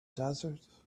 desert